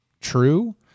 true